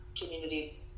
community